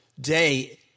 day